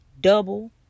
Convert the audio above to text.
double